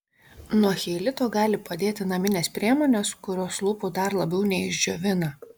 nuo cheilito gali padėti naminės priemonės kurios lūpų dar labiau neišdžiovina